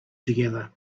together